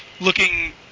looking